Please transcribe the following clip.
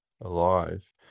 alive